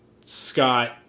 Scott